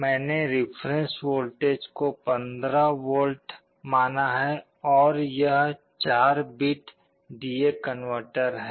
मैंने reference voltage को 15 volt माना है यह एक 4 बिट डी ए कनवर्टर है